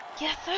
Yes